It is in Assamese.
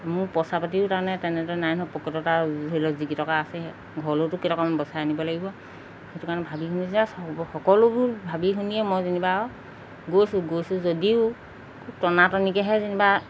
মোৰ পইচা পাতিও তাৰমানে তেনেদৰে নাই নহয় পকেটত আৰু ধৰি লওক যিকেইটকা আছে ঘৰলৈওতো কেইটকামান বচাই আনিব লাগিব সেইটো কাৰণে ভাবি শুনি জাষ্ট হ'ব সকলোবোৰ ভাবি শুনিয়ে মই যেনিবা আৰু গৈছোঁ গৈছোঁ যদিও খুব টনাটনিকৈহে যেনিবা